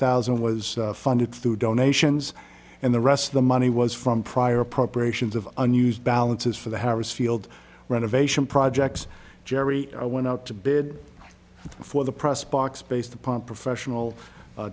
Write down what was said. thousand was funded through donations and the rest of the money was from prior preparations of unused balances for the harris field renovation projects gerri i went out to bid before the press box based upon professional